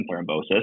thrombosis